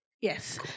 Yes